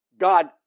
God